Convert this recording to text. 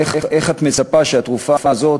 איך את מצפה שהתרופה הזאת